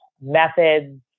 methods